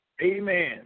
Amen